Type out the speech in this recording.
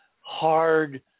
hard